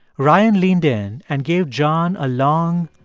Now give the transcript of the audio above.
ryan leaned in and gave john a long,